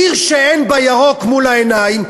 עיר שאין בה ירוק מול העיניים,